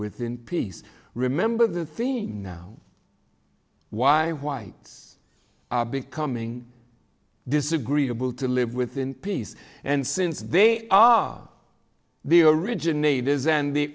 with in peace remember the theme now why whites are becoming disagreeable to live within peace and since they are the originators and